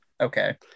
okay